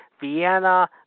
Vienna